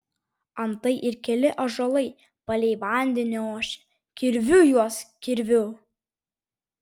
antai ir keli ąžuolai palei vandenį ošia kirviu juos kirviu